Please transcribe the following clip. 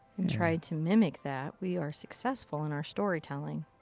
and try to mimic that. we are successful in our storytelling.